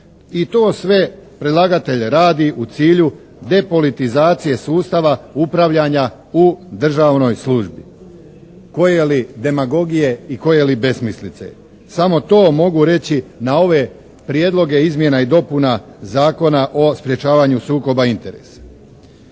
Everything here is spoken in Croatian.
I to sve predlagatelj radi u cilju depolitizacije sustava upravljanja u državnoj službi. Koje li demagogije i koje li besmislice! Samo to mogu reći na ove prijedloge izmjena i dopuna Zakona o sprječavanju sukoba interesa.